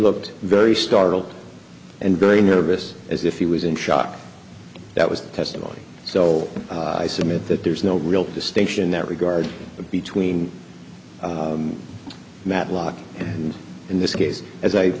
looked very startled and very nervous as if he was in shock that was testimony so i submit that there is no real distinction that regard between matlock and in this case as i